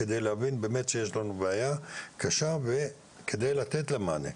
כדי להבין באמת שיש לנו בעיה קשה וכדי לתת לה מענה.